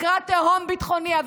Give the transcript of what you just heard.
לקראת תהום ביטחונית.